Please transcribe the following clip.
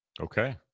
Okay